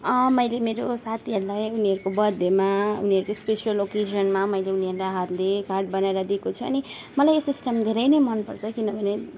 मैले मेरो साथीहरूलाई उनीहरूको बर्थडेमा उनीहरूको स्पेसियल ओकेजनमा मैले उनीहरूलाई हातले कार्ड बनाएर दिएको छु अनि मलाई यो सिस्टम धेरै नै मनपर्छ किनभने